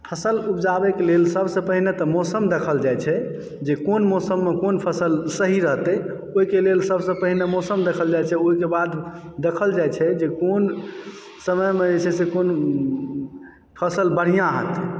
फसल उपजाबयके लेल सभसँ पहिने तऽ मौसम देखल जाइत छै जे कोन मौसममऽ कोन फसल सही रहतय ओहिके लेल सभसँ पहिने मौसम देखल जाइत छै ओहिके बाद देखल जाइत छै जे कोन समयमऽ जे छै से कोन फसल बढ़िआँ होयत